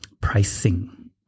pricing